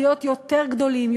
להיות יותר גדולים,